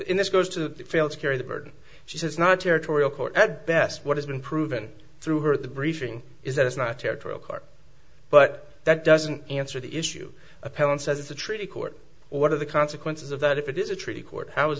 in this goes to fail to carry the burden she says not a territorial court at best what has been proven through her at the briefing is that it's not territorial court but that doesn't answer the issue appellant says a treaty court order the consequences of that if it is a treaty court how is